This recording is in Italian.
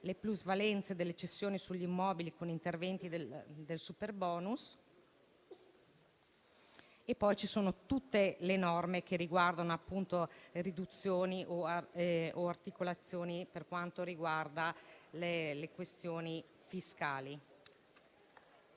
Le plusvalenze delle cessioni sugli immobili con interventi del superbonus e poi ci sono tutte le norme che riguardano le riduzioni o articolazioni per quanto riguarda le questioni fiscali.